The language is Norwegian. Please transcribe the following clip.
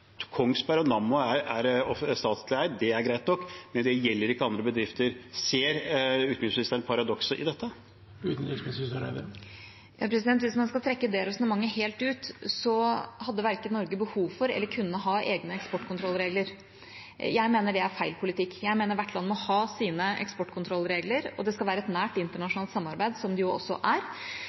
Kongsberg og Nammo er statlig eid, det er greit nok, men det gjelder ikke andre bedrifter. Ser utenriksministeren paradokset i dette? Hvis man skal trekke det resonnementet helt ut, hadde Norge verken behov for eller kunne ha egne eksportkontrollregler. Jeg mener det er feil politikk. Jeg mener hvert land må ha sine eksportkontrollregler, og det skal være et nært internasjonalt samarbeid, som det jo også er.